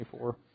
24